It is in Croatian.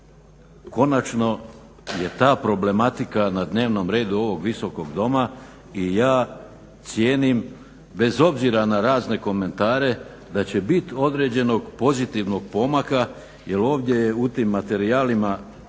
konačno je ta problematika na dnevnom redu ovog Visokog doma i ja cijenim bez obzira na razne komentare da će biti određenog pozitivnog pomaka jer jel ovdje je u tim materijalima